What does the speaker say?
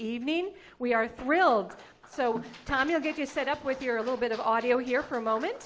evening we are thrilled so tom if you set up with your little bit of audio here for a moment